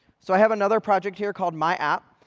so i have another project here called my app.